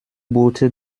boote